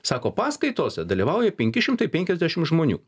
sako paskaitose dalyvauja penki šimtai penkiasdešim žmonių